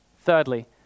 Thirdly